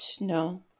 no